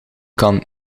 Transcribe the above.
kan